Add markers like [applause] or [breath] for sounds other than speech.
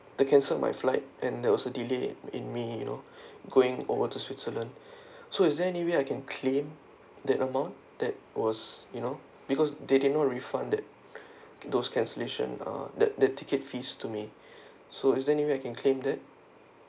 they cancelled my flight and there was a delay in may you know [breath] going over to switzerland [breath] so is there any way I can claim that amount that was you know because they did not refund that those cancellation uh the the ticket fees to me [breath] so is there any way I can claim that